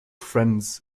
friends